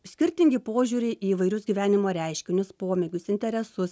skirtingi požiūriai į įvairius gyvenimo reiškinius pomėgius interesus